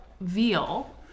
veal